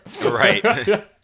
Right